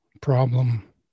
problem